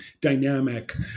dynamic